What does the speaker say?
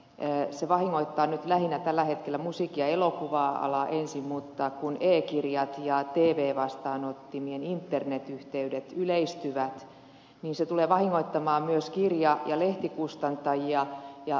se vahingoittaa lähinnä tällä hetkellä ja ensin musiikki ja elokuva alaa mutta kun e kirjat ja tv vastaanottimien internetyhteydet yleistyvät se tulee vahingoittamaan myös kirja ja lehtikustantajia ja tv alaa